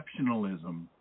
exceptionalism